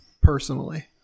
personally